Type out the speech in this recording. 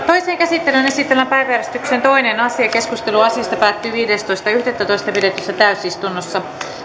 toiseen käsittelyyn esitellään päiväjärjestyksen toinen asia keskustelu asiasta päättyi viidestoista yhdettätoista kaksituhattakuusitoista pidetyssä täysistunnossa